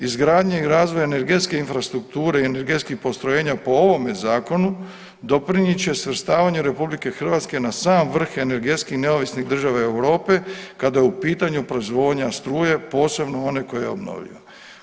Izgradnje i razvoj energetske infrastrukture i energetskih postrojenja po ovome Zakonu doprinijet će svrstavanju RH na sam vrh energetski neovisnih država Europe kada je u pitanju proizvodnja struje, posebno one koja je obnovljiva.